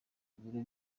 ibirori